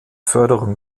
förderung